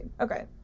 Okay